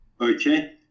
Okay